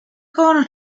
corner